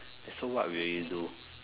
so what would you do